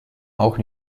auch